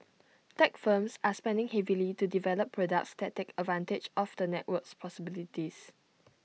tech firms are spending heavily to develop products that take advantage of the network's possibilities